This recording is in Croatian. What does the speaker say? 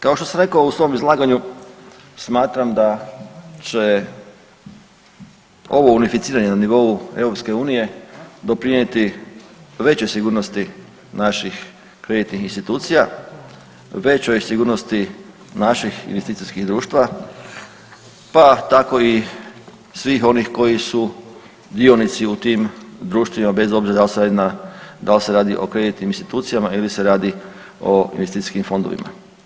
Kao što sam rekao u svom izlaganju, smatram da će ovo unificiranje na nivou EU-a doprinijeti većoj sigurnosti naših kreditnih institucija, većoj sigurnost naših investicijskih društva, pa tako i svih onih koji su dionici u tim društvima bez obzira dal se radi o kreditnim institucijama ili se radi o investicijskim fondovima.